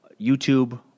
YouTube